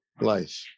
life